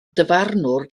dyfarnwr